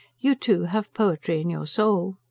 you too have poetry in your soul.